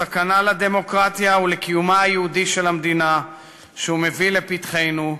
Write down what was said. הסכנה לדמוקרטיה ולקיומה היהודי של המדינה שהוא מביא לפתחנו,